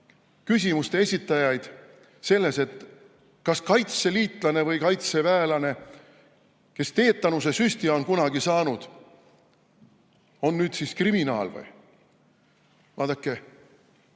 küsimuste esitajaid selles, et kas kaitseliitlane või kaitseväelane, kes teetanusesüsti on kunagi saanud, on nüüd siis kriminaal või. Vaadake, me